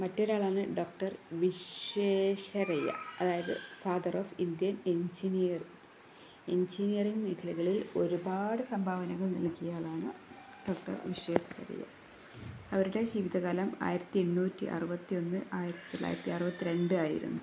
മറ്റൊരാളാണ് doctor Visvesvaraya അതായത് father of Indian engineering engineering മേഖലകളിൽ ഒരുപാട് സംഭാവനകൾ നൽകിയയാളാണ് ഡോക്ടർ വിശ്വേഷരയ്യ അവരുടെ ജീവിതകാലം ആയിരത്തിയെണ്ണൂറ്റി അറുപത്തിയൊന്ന് ആയിരത്തിത്തൊള്ളായിരത്തി അറുപത്തി രണ്ടായിരുന്നു